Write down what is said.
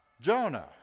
Jonah